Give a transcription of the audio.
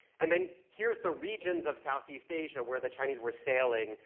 and then here's the regions of southeast asia where the chinese were sailing.